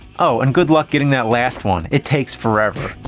oh, and good luck getting that last one, it takes forever.